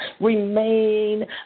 remain